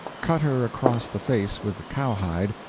cut her across the face with a cowhide,